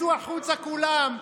תצאו החוצה כולם.